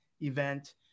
event